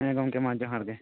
ᱦᱮᱸ ᱜᱚᱝᱠᱮ ᱢᱟ ᱡᱚᱦᱟᱨᱜᱮ